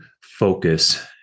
focus